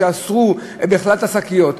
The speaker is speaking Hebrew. שאסרו בכלל את השקיות.